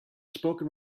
spoken